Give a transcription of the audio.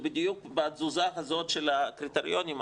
בדיוק התזוזה הזאת של הקריטריונים,